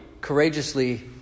courageously